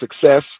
success